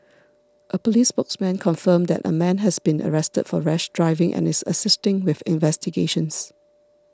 a police spokesman confirmed that a man has been arrested for rash driving and is assisting with investigations